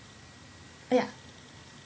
ya